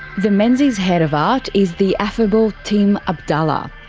the menzies head of art is the affable tim abdallah.